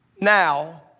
Now